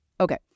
Okay